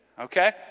okay